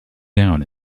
down